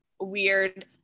weird